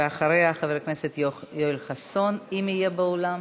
ואחריה, חבר הכנסת יואל חסון, אם יהיה באולם.